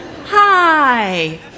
Hi